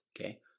okay